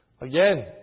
Again